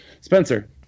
spencer